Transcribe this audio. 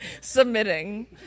Submitting